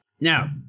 Now